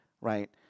right